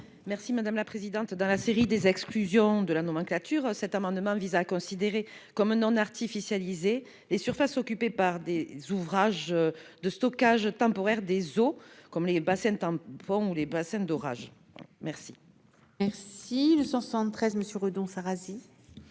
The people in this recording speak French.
Mme Maryse Carrère. Dans la série des exclusions de la nomenclature, cet amendement vise à considérer comme non artificialisées les surfaces occupées par des ouvrages de stockage temporaire des eaux, comme les bassins tampons ou les bassins d'orage. L'amendement n° 173, présenté par M.